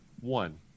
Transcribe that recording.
one